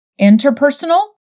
interpersonal